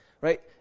Right